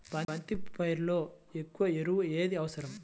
బంతి పైరులో ఎక్కువ ఎరువు ఏది అవసరం?